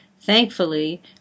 Thankfully